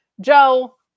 Joe